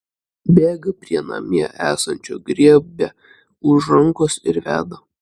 bėga prie namie esančio griebia už rankos ir veda